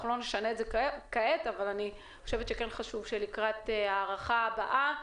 אבל כן חשוב שהדבר ייבחן לקראת ההארכה הבאה,